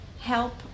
help